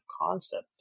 concept